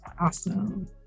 Awesome